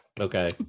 Okay